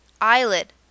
Eyelid